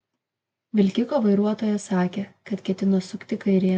vilkiko vairuotojas sakė kad ketino sukti kairėn